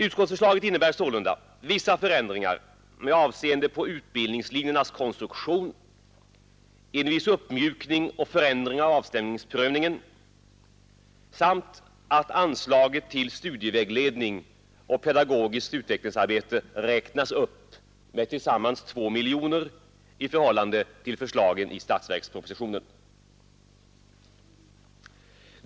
Utskottsförslaget innebär sålunda vissa förändringar med avseende på konstruktionen av utbildningslinjerna, en viss uppmjukning och förändring av avstängningsprövningen samt en uppräkning av anslaget till studievägledning och pedagogiskt utvecklingsarbete med tillsammans 2 miljoner kronor i förhållande till förslagen i statsverkspropositionen.